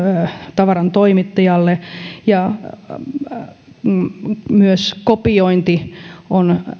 tavaran toimittajalle myös kopiointi on